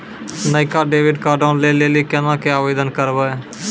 नयका डेबिट कार्डो लै लेली केना के आवेदन करबै?